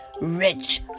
rich